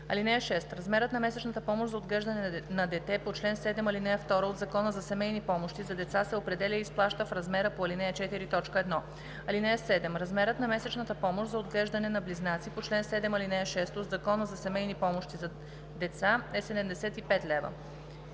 ал. 4. (6) Размерът на месечната помощ за отглеждане на дете по чл. 7, ал. 2 от Закона за семейни помощи за деца се определя и изплаща в размера по ал. 4, т. 1. (7) Размерът на месечната помощ за отглеждане на близнаци по чл. 7, ал. 6 от Закона за семейни помощи за деца е 75 лв.